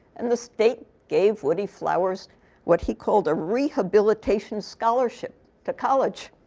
and the state gave woodie flowers what he called a rehabilitation scholarship to college.